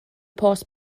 post